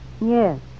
Yes